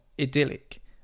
idyllic